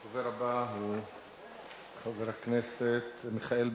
הדובר הבא הוא חבר הכנסת מיכאל בן-ארי.